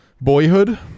Boyhood